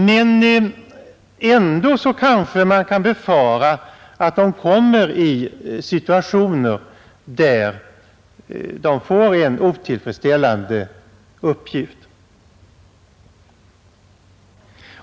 Men ändå kan man kanske befara att de kommer i situationer, där de får en otillfredsställande uppgift.